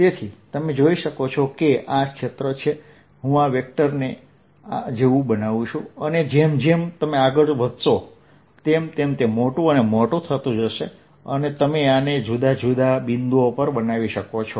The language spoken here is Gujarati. તેથી તમે જોઈ શકો છો કે આ ક્ષેત્ર છે હું આ વેક્ટરને આ જેવું બનાવું છું અને જેમ જેમ તમે આગળ વધશો તેમ તે મોટું અને મોટું થશે અને તમે આને બધા જુદા જુદા બિંદુઓ પર બનાવી શકો છો